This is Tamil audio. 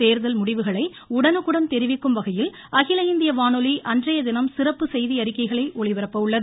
தோ்தல் முடிவுகளை உடனுக்குடன் தெரிவிக்கும் வகையில் அகில இந்திய வானொலி அன்றைய தினம் சிறப்பு செய்தி அறிக்கைகளை ஒலிபரப்ப உள்ளது